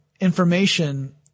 information